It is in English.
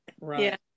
Right